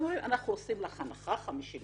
הם אמרו: אנחנו עושים לך הנחה 50%,